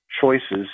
choices